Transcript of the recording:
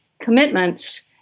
commitments